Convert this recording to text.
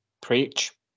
preach